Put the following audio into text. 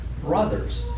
brothers